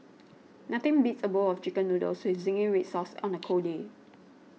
nothing beats a bowl of Chicken Noodles with Zingy Red Sauce on a cold day